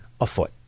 afoot